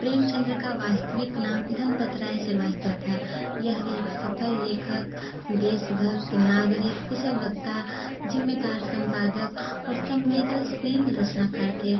प्रेमचन्द्र का वास्तविक नाम धनपत राय श्रीवास्तव था यह एक सफल लेखक देशभक्त नागरिक कुशल वक्ता जिम्मेदार संपादक और संवेदनशील रचनाकार थे